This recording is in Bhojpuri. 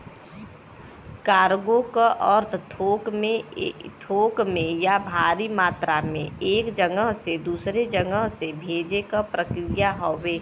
कार्गो क अर्थ थोक में या भारी मात्रा में एक जगह से दूसरे जगह से भेजे क प्रक्रिया हउवे